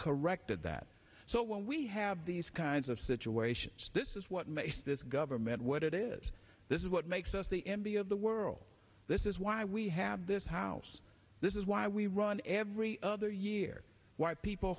corrected that so when we have these kinds of situations this is what makes this government it is this is what makes us the n b a of the world this is why we have this house this is why we run every other year why people